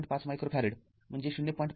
५ microfarad म्हणजे ०